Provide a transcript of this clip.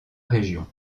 région